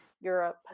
Europe